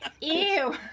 ew